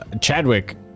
Chadwick